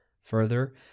Further